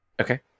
okay